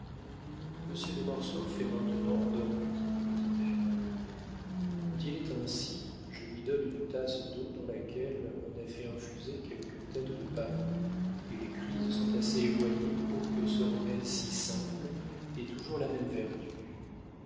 monsieur de mortsauf est maintenant endormi me dit-elle quand il est ainsi je lui donne une tasse d'eau dans laquelle on a fait infuser quelques têtes de pavots et les crises sont assez éloignées pour que ce remède si simple ait toujours la même vertu